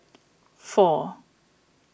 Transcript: four